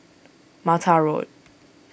Mata Road